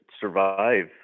survive